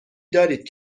دارید